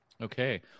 Okay